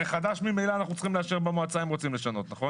הרי חדש אנחנו צריכים לאשרר במועצה, נכון?